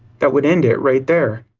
that would end it, right there.